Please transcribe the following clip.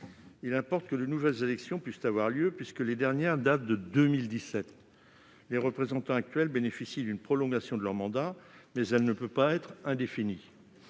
Il importe que de nouvelles élections puissent avoir lieu, les dernières s'étant tenues en 2017. Les représentants actuels bénéficient d'une prolongation de leur mandat, qui ne peut pas être indéfinie.